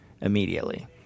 immediately